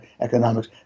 economics